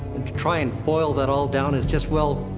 and to try and boil that all down is just, well.